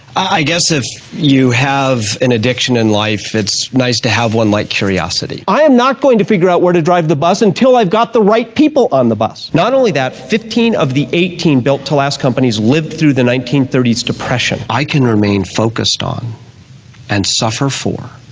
i guess if you have an addiction in life it's nice to have one like curiosity. i am not going to figure out where to drive the bus until i've got the right people on the bus. not only that, fifteen of the eighteen built to last companies lived through the nineteen thirty s depression. i can remain focused on and suffer for